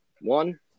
One –